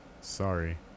Sorry